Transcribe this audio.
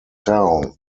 town